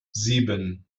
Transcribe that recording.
sieben